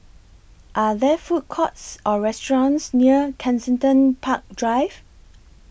Are There Food Courts Or restaurants near Kensington Park Drive